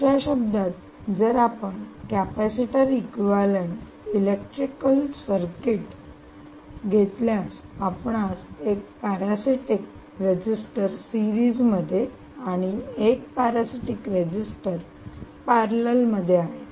दुसर्या शब्दांत जर आपण कॅपेसिटर इक्विव्हॅलेंट इलेक्ट्रिकल सर्किट घेतल्यास आपण एक पॅरासीटिक रेजिस्टर सिरीज मध्ये आणि एक पॅरासीटिक रेजिस्टर पॅरेलल मध्ये आहे